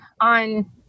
on